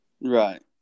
Right